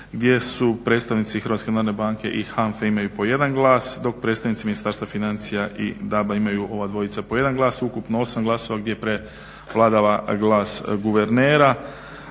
predstavnici HNB-a i HANFA-e imaju po jedan glas dok predstavnici Ministarstva financija i DAB-a imaju ova dvojica po jedan glas, ukupno osam glasova gdje prevladava glas guvernera.